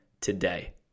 today